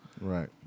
Right